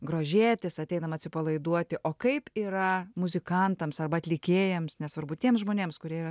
grožėtis ateinam atsipalaiduoti o kaip yra muzikantams arba atlikėjams nesvarbu tiems žmonėms kurie yra